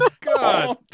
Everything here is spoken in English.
God